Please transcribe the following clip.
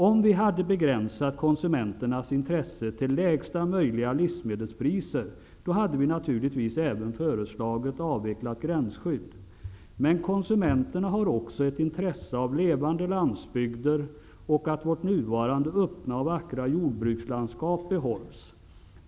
Om vi hade utgått från att konsumenternas enda intresse var lägsta möjliga livsmedelspriser, hade vi naturligtvis även föreslagit en avveckling av gränsskyddet. Men konsumenterna har också ett intresse av levande landsbygder och att vårt nuvarande öppna och vackra jordbrukslandskap behålls.